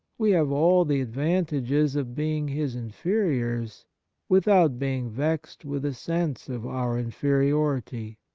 we have all the advantages of being his inferiors without being vexed with a sense of our inferiority.